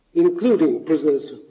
including prisoners